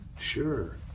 Sure